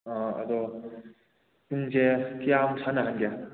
ꯑꯥ ꯑꯗꯣ ꯄꯨꯡꯁꯦ ꯀꯌꯥꯃꯨꯛ ꯁꯥꯟꯅꯍꯟꯒꯦ